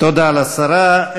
תודה לשרה.